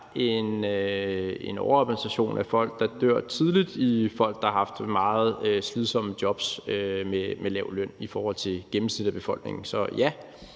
en overrepræsentation af folk, der dør tidligt, blandt folk, der har haft meget slidsomme jobs med lav løn, i forhold til gennemsnittet af befolkningen. Så ja,